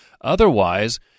Otherwise